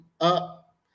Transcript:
up